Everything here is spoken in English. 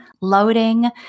loading